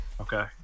Okay